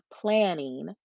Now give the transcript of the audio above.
planning